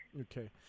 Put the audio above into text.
Okay